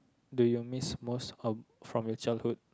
do you miss most of from your childhood